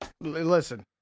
Listen